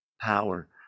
power